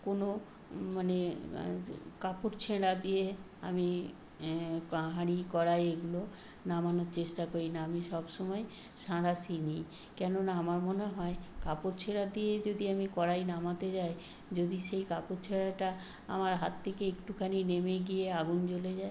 কোনও মানে কাপড় ছেঁড়া দিয়ে আমি হাঁড়ি কড়াই এগুলো নামানোর চেষ্টা করি না আমি সব সময় সাঁড়াশি নিই কেননা আমার মনে হয় কাপড় ছেঁড়া দিয়ে যদি আমি কড়াই নামাতে যাই যদি সেই কাপড় ছেঁড়াটা আমার হাত থেকে একটুখানি নেমে গিয়ে আগুন জ্বলে যায়